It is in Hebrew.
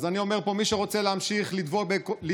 אז אני אומר פה: מי שרוצה להמשיך לדבוק בעקרונות